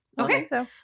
Okay